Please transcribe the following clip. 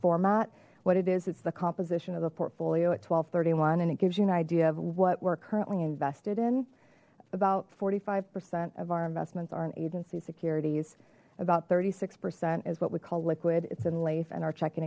format what it is it's the composition of the portfolio at one thousand two hundred and thirty one and it gives you an idea of what we're currently invested in about forty five percent of our investments are an agency securities about thirty six percent is what we call liquid it's in life and our checking